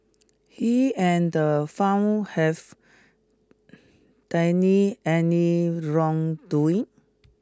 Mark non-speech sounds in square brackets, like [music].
he and the found have [hesitation] deny any wrongdoing